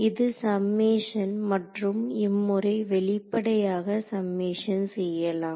இது சம்மேஷன் மற்றும் இம்முறை வெளிப்படையாக சம்மேஷன் செய்யலாம்